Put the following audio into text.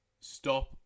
stop